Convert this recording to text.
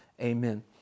amen